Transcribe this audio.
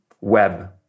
web